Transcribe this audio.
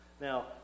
Now